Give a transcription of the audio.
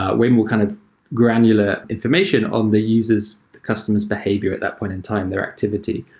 ah way more kind of granular information on the users, the customer s behavior at that point in time, they're activity.